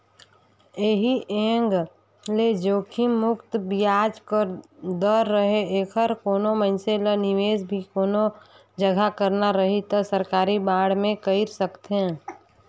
ऐही एंग ले जोखिम मुक्त बियाज दर रहें ऐखर कोनो मइनसे ल निवेस भी कोनो जघा करना रही त सरकारी बांड मे कइर सकथे